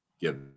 give